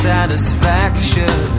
Satisfaction